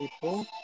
people